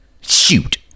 Shoot